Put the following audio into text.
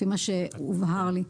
זה מה שהובהר לי.